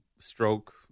stroke